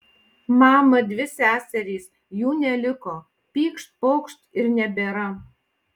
mama dvi seserys jų neliko pykšt pokšt ir nebėra